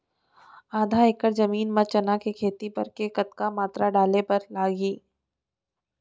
आधा एकड़ जमीन मा चना के खेती बर के कतका मात्रा डाले बर लागही?